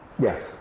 Yes